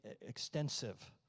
extensive